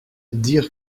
dire